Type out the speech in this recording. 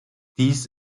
dies